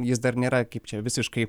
jis dar nėra kaip čia visiškai